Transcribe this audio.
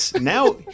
Now